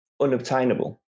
unobtainable